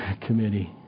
committee